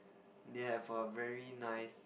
they have a very nice